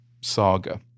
saga